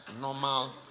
normal